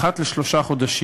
אחת לשלושה חודשים,